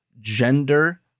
gender